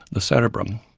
the cerebrum?